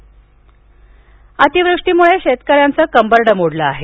मदत अतिवृष्टीमुळे शेतकर्या चं कंबरडं मोडलं आहे